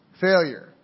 failure